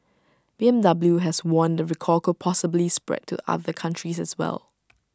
B M W has warned the recall could possibly spread to other countries as well